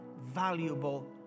valuable